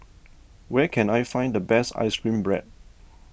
where can I find the best Ice Cream Bread